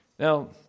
Now